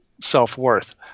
self-worth